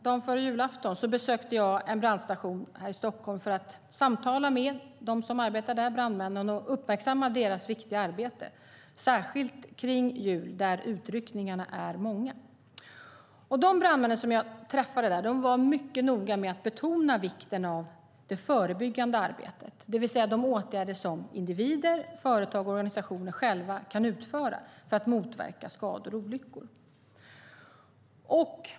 Dagen före julafton besökte jag en brandstation här i Stockholm för att samtala med de brandmän som arbetar där och uppmärksamma deras viktiga arbete, särskilt kring jul då utryckningarna är många. De brandmän som jag träffade där var mycket noga med att betona vikten av det förebyggande arbetet, det vill säga de åtgärder som individer, företag och organisationer själva kan utföra för att motverka skador och olyckor.